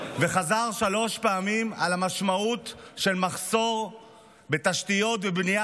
וחזר שלוש פעמים על המשמעות של מחסור בתשתיות ובנייה